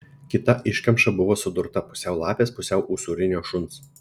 kita iškamša buvo sudurta pusiau lapės pusiau usūrinio šuns